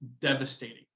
devastating